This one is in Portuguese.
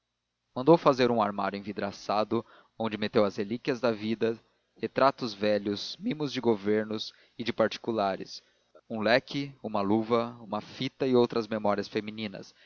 mandou fazer um armário envidraçado onde meteu as relíquias da vida retratos velhos mimos de governos e de particulares um leque uma luva uma fita e outras memórias femininas